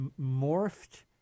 morphed